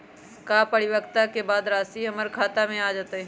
का परिपक्वता के बाद राशि हमर खाता में आ जतई?